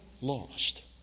lost